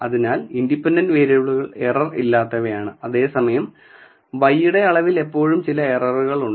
അതിനാൽ ഇൻഡിപെൻഡന്റ് വേരിയബിളുകൾ എറർ ഇല്ലാത്തവയാണ് അതേസമയം y യുടെ അളവിൽ എപ്പോഴും ചില ഏററുകൾ ഉണ്ട്